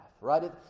right